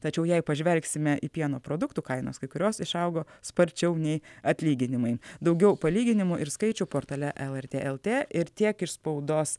tačiau jei pažvelgsime į pieno produktų kainas kai kurios išaugo sparčiau nei atlyginimai daugiau palyginimų ir skaičių portale lrt lt ir tiek iš spaudos